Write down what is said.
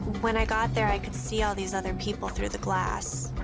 when i got there, i could see all these other people through the glass,